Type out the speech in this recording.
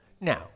Now